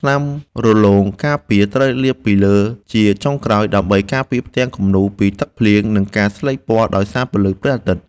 ថ្នាំរលោងការពារ ត្រូវលាបពីលើជាចុងក្រោយ ដើម្បីការពារផ្ទាំងគំនូរពីទឹកភ្លៀង និងការស្លេកពណ៌ដោយសារពន្លឺព្រះអាទិត្យ។